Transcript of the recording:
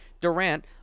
Durant